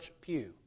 pew